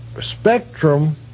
spectrum